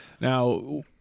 Now